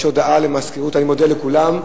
אני מודה לכולם,